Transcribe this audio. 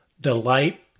Delight